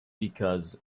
because